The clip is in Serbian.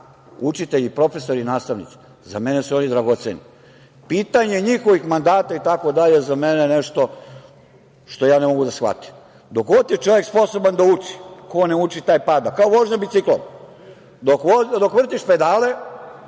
učitelji, profesori i nastavnici, za mene su oni dragoceni. Pitanje njihovih mandata itd. za mene je nešto što ne mogu da shvatim. Dok god je čovek sposoban da uči, ko ne uči taj pada, kao vožda biciklom. Dok vrtiš pedale,